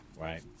Right